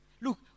Look